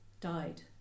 died